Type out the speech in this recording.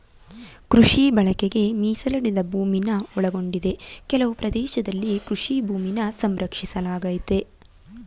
ಕೃಷಿ ಬಳಕೆಗೆ ಮೀಸಲಿಡದ ಭೂಮಿನ ಒಳಗೊಂಡಿದೆ ಕೆಲವು ಪ್ರದೇಶದಲ್ಲಿ ಕೃಷಿ ಭೂಮಿನ ಸಂರಕ್ಷಿಸಲಾಗಯ್ತೆ